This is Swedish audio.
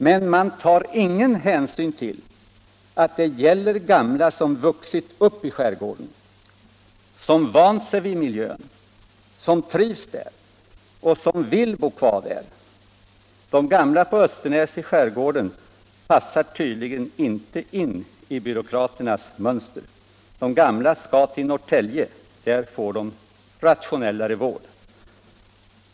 Men man tar ingen hänsyn till att det gäller gamla människor som vuxit upp i skärgården och som vant sig vid miljön, människor som trivs där och vill bo kvar där. De gamla på Östernäs i skärgården passar tydligen inte in i byråkraternas mönster. De gamla skall till Norrtälje, där får de rationellare vård.